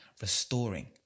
restoring